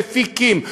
מפיקים,